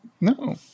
No